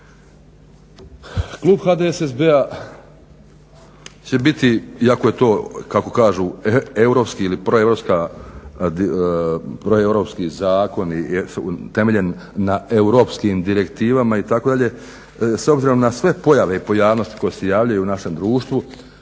Klub HDSSB-a će biti iako je to kako kažu europski ili proeuropski zakoni temeljen na europskim direktivama itd. S obzirom na sve pojave i pojavnosti koje se javljaju u našem društvu